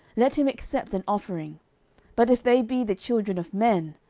let him accept an offering but if they be the children of men,